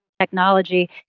technology